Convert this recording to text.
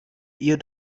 ihr